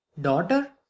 daughter